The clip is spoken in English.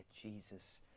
Jesus